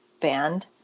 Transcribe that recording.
band